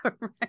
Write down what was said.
right